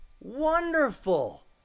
Wonderful